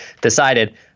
decided